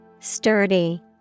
Sturdy